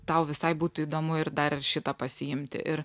tau visai būtų įdomu ir dar ir šitą pasiimti ir